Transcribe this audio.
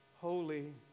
holy